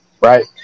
right